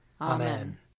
Amen